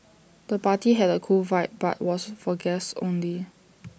the party had A cool vibe but was for guests only